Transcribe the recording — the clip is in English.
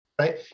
Right